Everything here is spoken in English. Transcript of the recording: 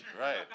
Right